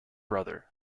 brother